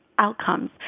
outcomes